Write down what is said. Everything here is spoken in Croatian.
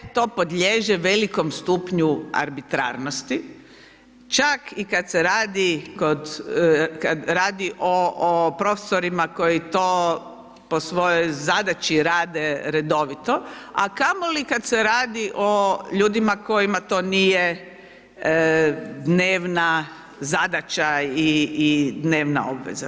To je, to podliježe velikom stupnju arbitrarnosti, čak i kad se radi kod, kad radi o profesorima koji to po svojoj zadaći rade redovito, a kamoli kad se radi o ljudima kojima to nije dnevna zadaća i dnevna obveza.